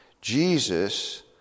Jesus